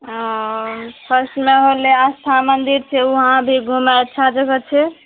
फर्स्टमऽ होलय आस्था मन्दिर छै वहाँ भी घुमय अच्छा जगह छै